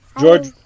George